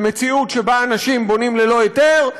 את המצב הזה של מציאות שבה אנשים בונים ללא היתר,